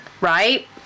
right